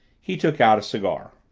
he took out a cigar.